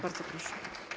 Bardzo proszę.